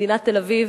מדינת תל-אביב,